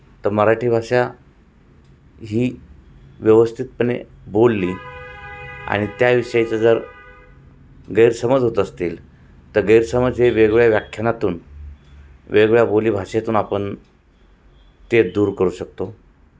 तर मराठी भाषा ही व्यवस्थितपणे बोलली आणि त्याविषयीचं जर गैरसमज होत असतील तर गैरसमज हे वेगवेगळ्या व्याख्यानातून वेगवेगळ्या बोलीभाषेतून आपण ते दूर करू शकतो